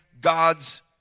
God's